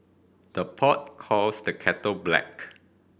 the pot calls the kettle black